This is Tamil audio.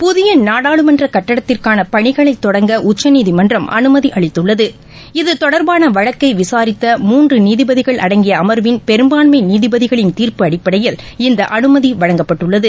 புதிய நாடாளுமன்ற கட்டடத்திற்காள பணிகளை தொடங்க உச்சநீதிமன்றம் அனுமதி அளித்துள்ளது இது தொடர்பான வழக்கை விசாரித்த மூன்று நீதிபதிகள் அடங்கிய அம்வின் பெரும்பான்மை நீதிபதிகளின் தீர்ப்பு அடிப்படையில் இந்த அனுமதி வழங்கப்பட்டுள்ளது